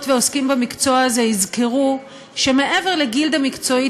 ועוסקים במקצוע הזה יזכרו שמעבר לגילדה מקצועית,